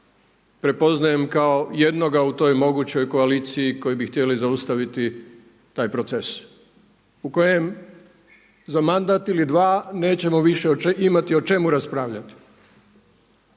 prepoznajem kao jednoga u toj mogućoj koaliciji koji bi htjeli zaustaviti taj proces u kojem za mandat ili dva nećemo više imati o čemu raspravljati,